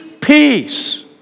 peace